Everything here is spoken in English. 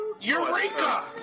eureka